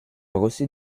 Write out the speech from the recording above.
reçut